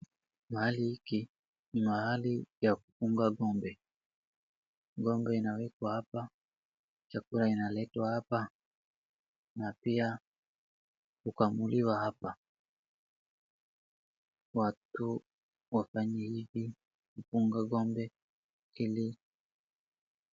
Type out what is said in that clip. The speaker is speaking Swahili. Mahali hiki ni mahali ya kufuga ngombe. Ngombe inawekwa hapa, chakula inaletwa hapa na pia kukamuliwa hapa. Watu wafanye hivi kufuga ngombe ili